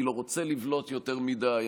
אני לא רוצה לבלוט יותר מדי,